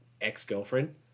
ex-girlfriend